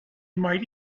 might